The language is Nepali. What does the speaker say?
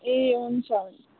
ए हुन्छ हुन्छ